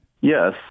Yes